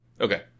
Okay